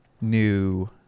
new